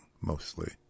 mostly